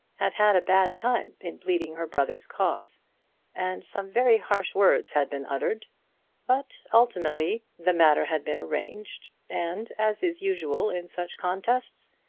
had had a bad time in pleading her brother's cause and some very harsh words had been uttered but ultimately the matter had been arranged, and, as is usual in such contests,